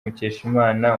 mukeshimana